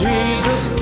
Jesus